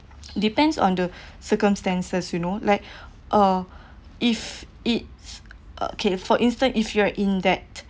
depends on the circumstances you know like uh if it's okay for instance if you're in debt